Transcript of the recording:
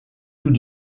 tout